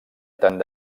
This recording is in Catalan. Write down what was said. tant